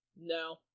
No